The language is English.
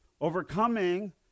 overcoming